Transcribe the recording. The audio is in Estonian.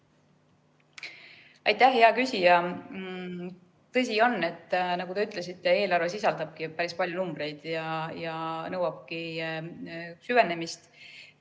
Aitäh, hea küsija! Tõsi on, nagu te ütlesite, et eelarve sisaldab päris palju numbreid ja nõuabki süvenemist.